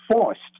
forced